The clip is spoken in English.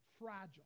fragile